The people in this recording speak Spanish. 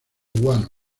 guano